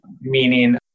meaning